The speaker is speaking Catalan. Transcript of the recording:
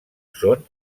són